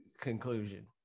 conclusion